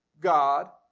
God